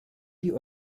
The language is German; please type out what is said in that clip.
die